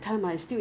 orh